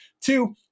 Two